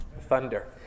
Thunder